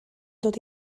dod